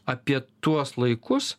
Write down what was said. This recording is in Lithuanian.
apie tuos laikus